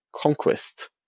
conquest